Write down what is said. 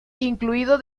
incluido